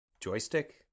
Joystick